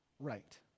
Right